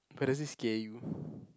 but does it scare you